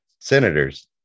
senators